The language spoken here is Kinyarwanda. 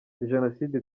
jenoside